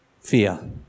Fear